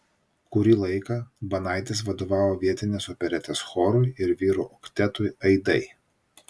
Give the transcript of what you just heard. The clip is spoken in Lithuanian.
kurį laiką banaitis vadovavo vietinės operetės chorui ir vyrų oktetui aidai